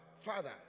father